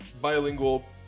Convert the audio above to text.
bilingual